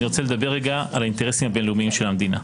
ואני רוצה לדבר רגע על האינטרסים הבין-לאומיים של המדינה.